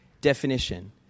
definition